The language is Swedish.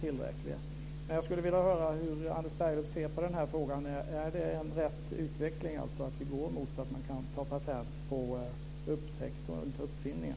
Hur ser Anders Berglöv på den här frågan? Är det en riktig utveckling, att vi går mot att man kan ta patent på upptäckter?